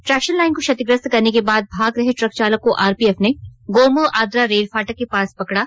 traction line को क्षतिग्रस्त करने के बाद भाग रहे ट्रक चालक को आरपीएफ ने गोमो आद्रा रेल फाटक के पास पकड़ा